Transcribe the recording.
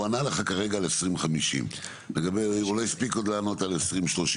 הוא ענה לך כרגע ל-2050 לגבי הוא לא הספיק עוד לענות על 2030,